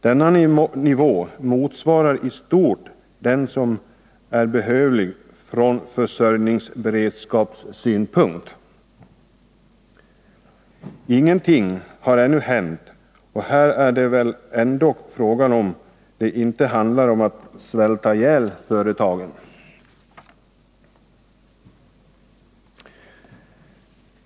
Denna nivå motsvarar i stort den som är behövlig från försörjningsberedskapssynpunkt.” Ingenting har ännu hänt, och här är det väl ändock frågan om det inte handlar om att svälta ihjäl företagen.